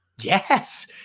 Yes